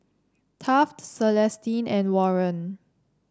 Taft Celestine and Warren